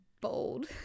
bold